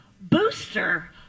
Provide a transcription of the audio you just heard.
booster